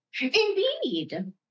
Indeed